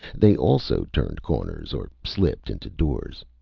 they also turned corners or slipped into doors.